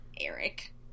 Eric